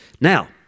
Now